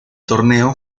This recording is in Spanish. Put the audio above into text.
torneo